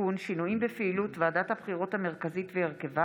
טלי פלוסקוב וחוה אתי עטייה,